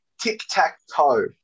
tic-tac-toe